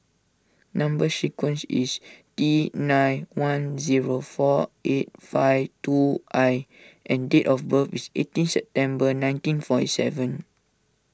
Number Sequence is T nine one zero four eight five two I and date of birth is eighteen September nineteen forty seven